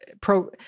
pro-